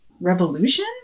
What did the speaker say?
revolution